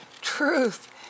truth